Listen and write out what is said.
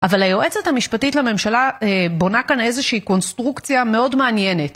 אבל היועצת המשפטית לממשלה בונה כאן איזושהי קונסטרוקציה מאוד מעניינת.